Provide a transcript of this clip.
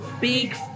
big